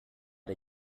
der